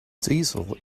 diesel